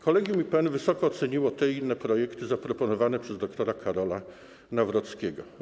Kolegium IPN wysoko oceniło te i inne projekty zaproponowane przez dr. Karola Nawrockiego.